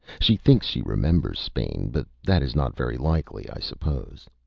she thinks she remembers spain, but that is not very likely, i suppose.